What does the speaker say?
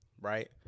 right